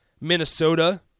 Minnesota